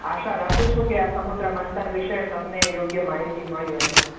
આશા રાખું છુ કે આ સમુદ્ર મંથન વિશે તમને યોગ્ય માહિતી મળી હશે